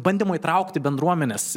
bandymo įtraukti bendruomenes